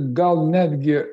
gal netgi